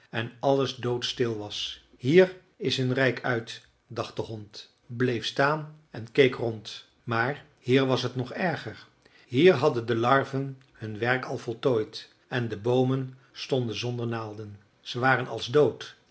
en alles doodstil was hier is hun rijk uit dacht de hond bleef staan en keek rond maar hier was het nog erger hier hadden de larven hun werk al voltooid en de boomen stonden zonder naalden ze waren als dood